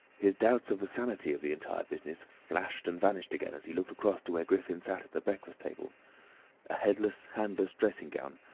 his doubts of the sanity of the entire business flashed and vanished again as he looked across to where griffin sat at the breakfast-table a headless, handless dressing-gown,